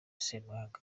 ssemwanga